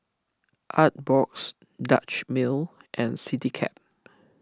Artbox Dutch Mill and CityCab